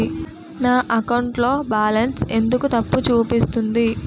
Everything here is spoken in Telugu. నా అకౌంట్ లో బాలన్స్ ఎందుకు తప్పు చూపిస్తుంది?